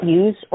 use